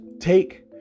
take